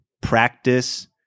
practice